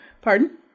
pardon